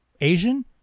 Asian